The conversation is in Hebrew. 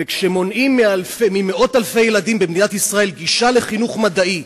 וכשמונעים ממאות אלפי ילדים במדינת ישראל גישה לחינוך מדעי,